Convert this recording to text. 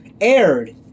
aired